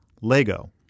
Lego